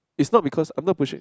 it's not because I'm not pushing